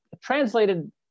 Translated